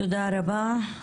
תודה רבה.